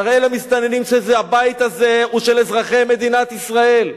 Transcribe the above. תראה למסתננים שהבית הזה הוא של אזרחי מדינת ישראל,